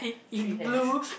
three hairs